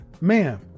Ma'am